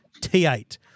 T8